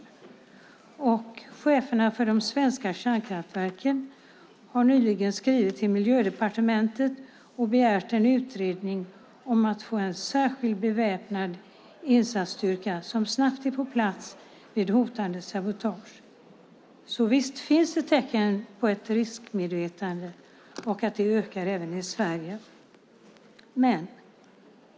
Dessutom har cheferna för de svenska kärnkraftverken skrivit till Miljödepartementet och begärt en utredning om att få en särskild beväpnad insatsstyrka som snabbt är på plats vid hotande sabotage. Det finns alltså tecken på att riskmedvetandet ökar även i Sverige.